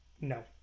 No